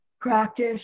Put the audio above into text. practice